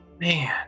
man